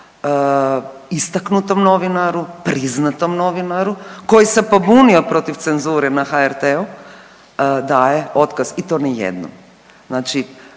istaknutom novinaru, priznatom novinaru koji se pobunio protiv cenzure na HRT-u daje otkaz i to ne jednom.